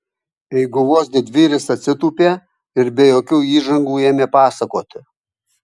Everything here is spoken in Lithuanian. eiguvos didvyris atsitūpė ir be jokių įžangų ėmė pasakoti